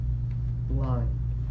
blind